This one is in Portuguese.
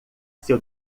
seu